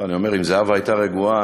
אם זהבה הייתה רגועה,